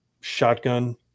shotgun